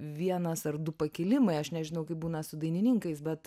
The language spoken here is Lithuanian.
vienas ar du pakilimai aš nežinau kaip būna su dainininkais bet